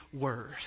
word